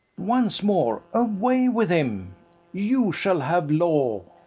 once more, away with him you shall have law.